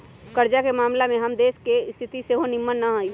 कर्जा के ममला में हमर सभ के देश के स्थिति सेहो निम्मन न हइ